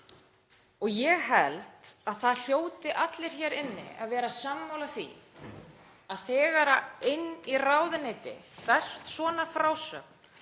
Ég held að það hljóti allir hér inni að vera sammála því að þegar inn í ráðuneyti berst svona frásögn